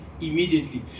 immediately